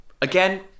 Again